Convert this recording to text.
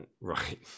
Right